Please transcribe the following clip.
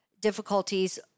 difficulties